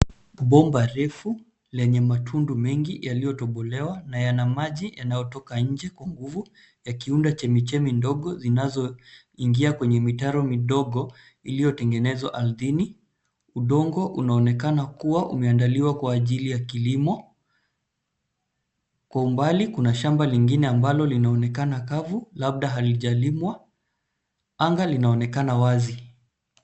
Bomba refu lenye matundu mengi yaliyotobolewa na yana maji yanayotoka nje kwa nguvu yakiunda chemichemi ndogo zinanzoingia kwenye mitaro midogo iliyotengenezwa ardhini. Udongo unaonekana kuwa umeandaliwa kwa ajili ya kilimo. Kwa umbali kuna shamba lingine ambalo linaonekana kavu labda halijalimwa. Anga linaonekana wazi.